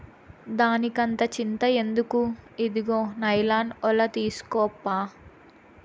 దానికంత చింత ఎందుకు, ఇదుగో నైలాన్ ఒల తీస్కోప్పా